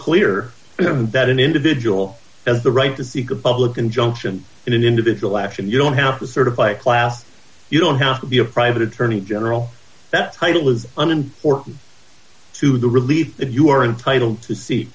clear that an individual has the right to seek a public injunction in an individual action you don't have to certify a class you don't have to be a private attorney general that title is an important to the relief that you are entitled to see